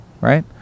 Right